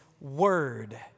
word